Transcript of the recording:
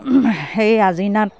সেই আজিনাত